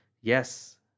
Yes